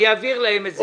אני אעביר להם את זה.